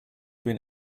been